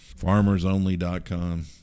FarmersOnly.com